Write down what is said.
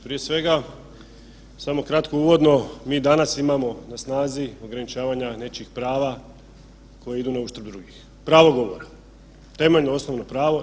Prije svega, samo kratko uvodno mi danas imamo na snazi ograničavanja nečijih prava koja idu na uštrb drugih, pravo govora, temeljno osnovno pravo.